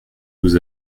nous